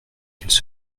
qu’elle